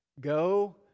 Go